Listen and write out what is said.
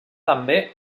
també